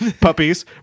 puppies